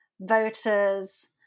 voters